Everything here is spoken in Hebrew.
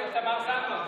אמרתי לתמר זנדברג,